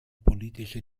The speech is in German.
politische